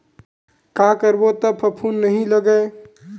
का करबो त फफूंद नहीं लगय?